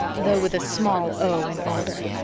though with a small o in older.